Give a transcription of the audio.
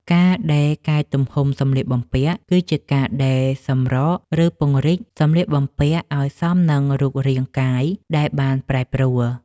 ការដេរកែទំហំសម្លៀកបំពាក់ គឺជាការដេរសម្រក ឬពង្រីកសម្លៀកបំពាក់ឱ្យសមនឹងរូបរាងកាយដែលបានប្រែប្រួល។